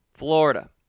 Florida